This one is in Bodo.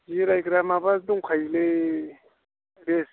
जिरायग्रा माबा दंखायोलै रेस्ट